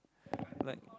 like